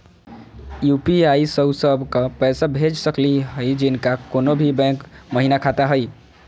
UPI स उ सब क पैसा भेज सकली हई जिनका कोनो भी बैंको महिना खाता हई?